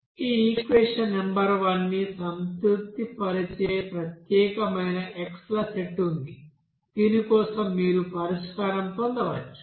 ఈ equation number 1 ని సంతృప్తిపరిచే ప్రత్యేకమైన x ల సెట్ ఉంది దీని కోసం మీరు పరిష్కారం పొందవచ్చు